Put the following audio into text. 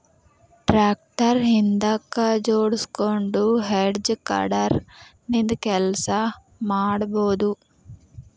tractor ಹಿಂದಕ್ ಜೋಡ್ಸ್ಕೊಂಡು hedge cutter ನಿಂದ ಕೆಲಸ ಮಾಡ್ಬಹುದು